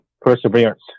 perseverance